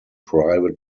private